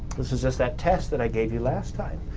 this is just that test that i gave you last time.